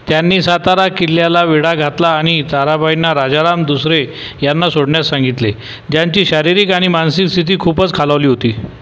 त्यांनी सातारा किल्ल्याला वेढा घातला आणि ताराबाईंना राजाराम दुसरे यांना सोडण्यास सांगितले ज्यांची शारीरिक आणि मानसिक स्थिती खूपच खालावली होती